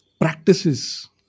practices